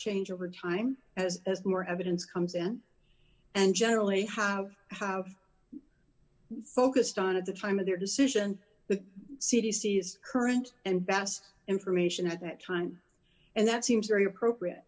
change over time as more evidence comes in and generally have have focused on at the time of their decision the c d c s current and best information at that time and that seems very appropriate